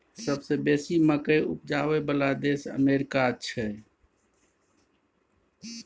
सबसे बेसी मकइ उपजाबइ बला देश अमेरिका छै